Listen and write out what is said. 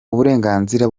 uburenganzira